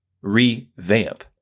revamp